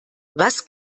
was